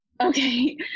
Okay